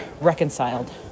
reconciled